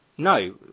No